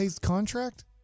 contract